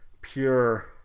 pure